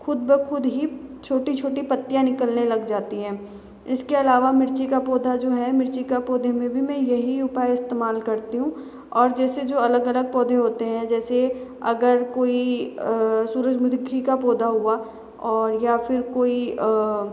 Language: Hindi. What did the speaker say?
खुद ब खुद ही छोटी छोटी पत्तियाँ निकलने लग जाती हैं इसके अलावा मिर्ची का पौधा जो है मिर्ची का पौधे में भी मैं यही उपाय इस्तेमाल करती हूँ और जैसे जो अलग अलग पौधे होते हैं जैसे अगर कोई सूरजमुखी का पौधा हुआ और या फिर कोई